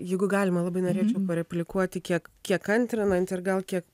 jeigu galima labai norėčiau pareplikuoti kiek kiek kiek antrinant ir gal kiek